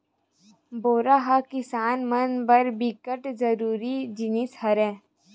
बोरा ह किसान मन बर बिकट जरूरी जिनिस हरय